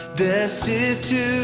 destitute